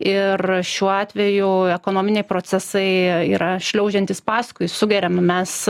ir šiuo atveju ekonominiai procesai yra šliaužiantys paskui sugeriam mes